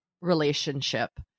relationship